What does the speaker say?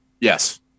Yes